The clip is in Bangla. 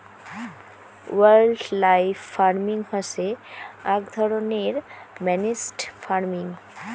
ওয়াইল্ডলাইফ ফার্মিং হসে আক ধরণের ম্যানেজড ফার্মিং